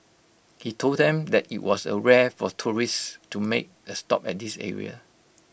he told them that IT was A rare for tourists to make A stop at this area